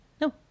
no